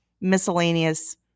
miscellaneous